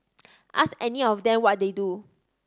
ask any of them what they do